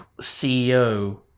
CEO